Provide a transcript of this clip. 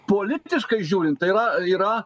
politiškai žiūrint tai yra yra